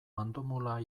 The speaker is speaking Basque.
mandomula